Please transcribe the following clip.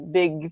big